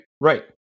right